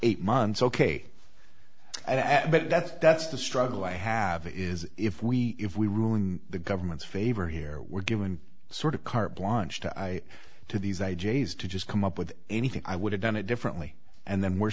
eight months ok i but that's that's the struggle i have is if we if we rule in the government's favor here we're given sort of carte blanche to i to these i js to just come up with anything i would have done it differently and then we're